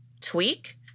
tweak